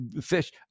fish